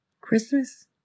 Christmas